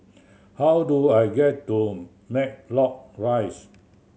how do I get to Matlock Rise